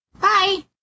Bye